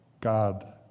God